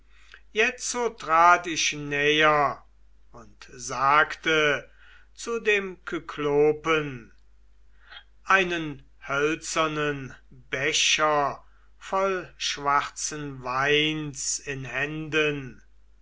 jetzo trat ich näher und sagte zu dem kyklopen einen hölzernen becher voll schwarzen weines in händen